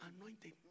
anointing